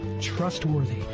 trustworthy